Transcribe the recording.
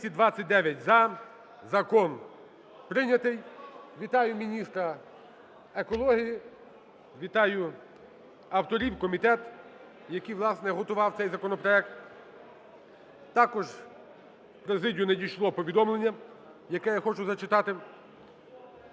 Вітаю міністра екології, вітаю авторів. Комітет, який, власне, готував цей законопроект. Також в президію надійшло повідомлення, яке я хочу зачитати.